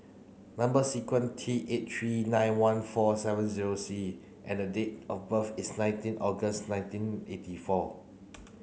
number sequence T eight three nine one four seven zero C and date of birth is nineteen August nineteen eighty four